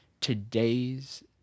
today's